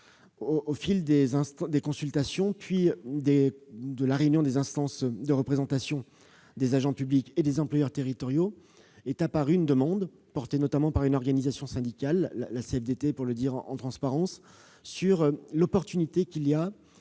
Au fil des consultations, puis de la réunion des instances de représentation des agents publics et des employeurs territoriaux est apparue une demande portée notamment par une organisation syndicale, la CFDT, sur l'opportunité de